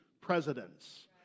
presidents